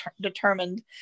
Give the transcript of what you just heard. determined